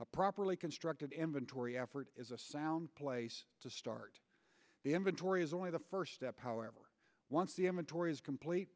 of properly constructed inventory effort is a sound place to start the inventory is only the first step however once the